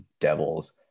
Devils